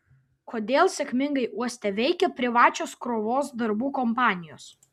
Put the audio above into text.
kodėl sėkmingai uoste veikia privačios krovos darbų kompanijos